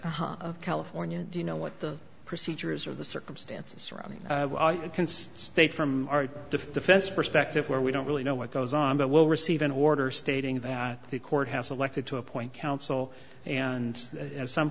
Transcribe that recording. district of california do you know what the procedure is or the circumstances surrounding it can state from our defense perspective where we don't really know what goes on but will receive an order stating that the court has elected to appoint counsel and as some